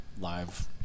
live